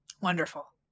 wonderful